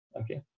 okay